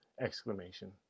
exclamation